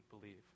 believe